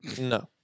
No